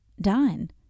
Done